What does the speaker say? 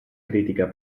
critica